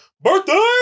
birthday